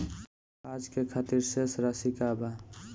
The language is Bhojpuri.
आज के खातिर शेष राशि का बा?